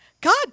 God